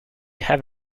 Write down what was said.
have